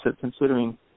considering